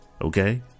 okay